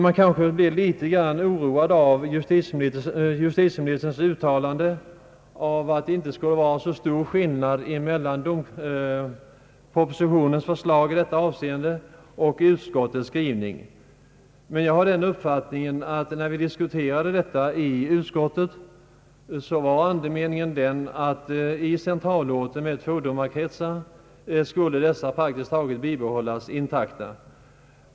Man kanske blir litet oroad av justitieministerns uttalande om att det inte skulle vara så stor skillnad mellan propositionens förslag i detta avseende och utskottets skrivning. Jag har dock den uppfattningen att när vi diskuterade den här frågan i utskottet var andemeningen den, att i centralorter med tvådomarkretsar skulle dessa bibehållas praktiskt taget intakta.